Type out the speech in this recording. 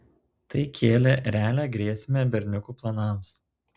tai kėlė realią grėsmę berniukų planams